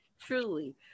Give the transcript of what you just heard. Truly